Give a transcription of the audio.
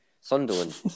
Sunderland